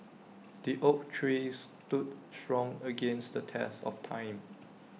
the oak tree stood strong against the test of time